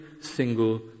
single